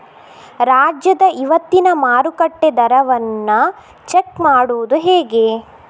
ರಾಜ್ಯದ ಇವತ್ತಿನ ಮಾರುಕಟ್ಟೆ ದರವನ್ನ ಚೆಕ್ ಮಾಡುವುದು ಹೇಗೆ?